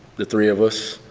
the three of us,